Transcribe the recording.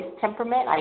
temperament